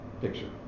picture